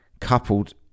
coupled